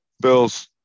Bills